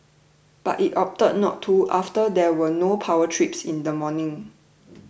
but it opted not to after there were no power trips in the morning